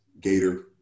Gator